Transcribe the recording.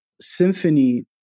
symphony